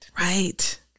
Right